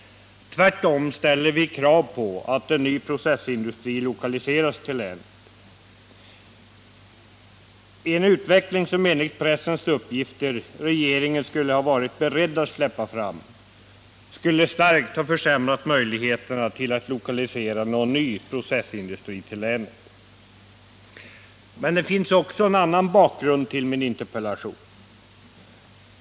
Tvärtom ställer vi starka krav på att en ny processindustri lokaliseras till länet. Den utveckling som regeringen enligt pressuppgifter skulle ha varit beredd att släppa fram, skulle starkt ha försämrat möjligheterna till att lokalisera en ny processindustri till länet. Men det finns också en annan bakgrund till min interpellation.